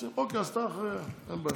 אוקיי, אז אתה אחריהם, אין בעיה.